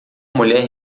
mulher